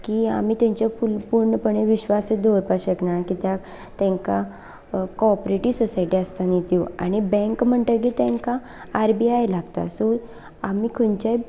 की आमी तेंचे पूर्णपणे विश्वास दवरपा शकना किद्याक तेंकां कॉपरेटीव सोसायटी आसता न्ही त्यो आनी बँक म्हणटगीर तेंकां आर बी आय लागता सो आमी